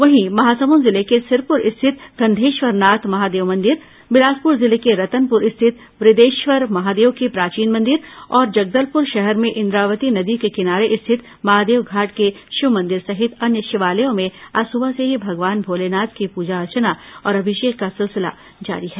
वहीं महासमुंद जिले के सिरपुर स्थित गंधेश्वरनाथ महादेव मंदिर बिलासपुर जिले के रतनपुर स्थित वदेश्वर महादेव के प्राचीन मंदिर और जगदलपुर शहर में इंद्रावती नदी के किनारे स्थित महादेवघाट के शिव मंदिर सहित अन्य शिवालयों में आज सुबह से ही भगवान भोलेनाथ की पूजा अर्चना और अभिषेक का सिलसिला जारी है